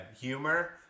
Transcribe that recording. humor